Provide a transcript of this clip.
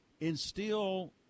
instill –